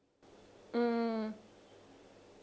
mm